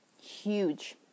huge